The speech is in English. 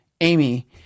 Amy